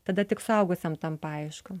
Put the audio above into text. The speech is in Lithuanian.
tada tik suaugusiam tampa aišku